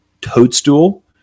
Toadstool